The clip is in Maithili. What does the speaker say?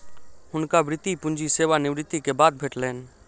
हुनका वृति पूंजी सेवा निवृति के बाद भेटलैन